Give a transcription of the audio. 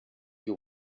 you